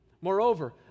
Moreover